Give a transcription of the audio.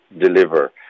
deliver